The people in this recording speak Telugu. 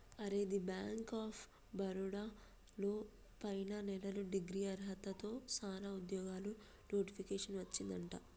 అరే ది బ్యాంక్ ఆఫ్ బరోడా లో పైన నెలలో డిగ్రీ అర్హతతో సానా ఉద్యోగాలు నోటిఫికేషన్ వచ్చిందట